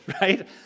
right